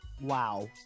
Wow